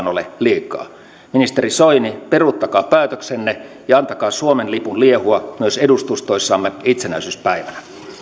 ole koskaan liikaa ministeri soini peruuttakaa päätöksenne ja antakaa suomen lipun liehua myös edustustoissamme itsenäisyyspäivänä